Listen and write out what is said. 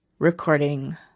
recording